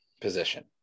position